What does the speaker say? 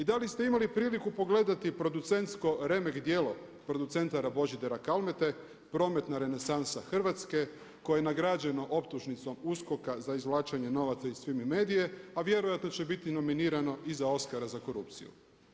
I da li ste imali priliku pogledati producentsko remek djela producenta Božidara Kalmete, prometna renesansa Hrvatske koje je nagrađeno optužnicom USKOK-a za izvlačenje novaca iz FIMI MEDIA-e a vjerojatno će biti nominirano i za Oskara za korupciju.